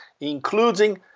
including